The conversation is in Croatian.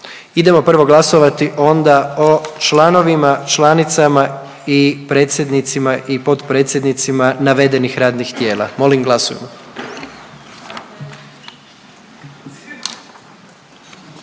Idemo prvo glasovati onda o članovima, članicama i predsjednicima i potpredsjednicima navedenih radnih tijela. Molim glasujmo.